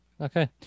okay